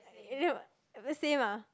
eh you know the same ah